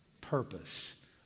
purpose